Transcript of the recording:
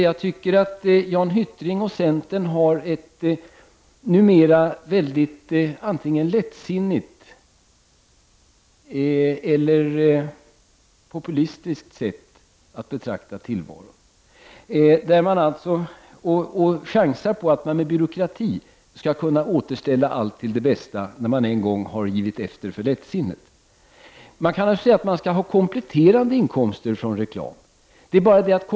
Jag tycker att Jan Hyttring och centern numera har ett antingen lättsinnigt eller populistiskt sätt att betrakta tillvaron. Man chansar på att man med byråkrati skall kunna återställa allt till det bästa när man en gång har givit efter för lättsinnet. Vi kan naturligtvis säga att man skall ha kompletterande inkomster från reklam.